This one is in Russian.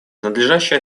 надлежащая